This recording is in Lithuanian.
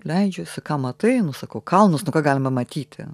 leidžiuosi ką matai nu sakau kalnus nu ką galima matyti